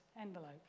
envelope